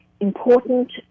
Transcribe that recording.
important